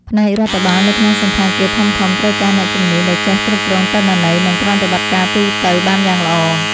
ផ្នែករដ្ឋបាលនៅក្នុងសណ្ឋាគារធំៗត្រូវការអ្នកជំនាញដែលចេះគ្រប់គ្រងទិន្នន័យ និងប្រតិបត្តិការទូទៅបានយ៉ាងល្អ។